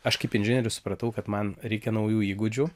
aš kaip inžinierius supratau kad man reikia naujų įgūdžių